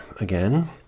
again